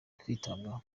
kwitabwaho